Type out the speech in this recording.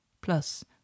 Plus